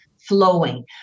Flowing